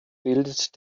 bildet